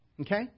okay